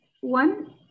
one